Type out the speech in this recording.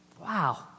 wow